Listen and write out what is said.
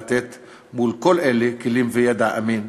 לתת מול כל אלה כלים וידע אמין,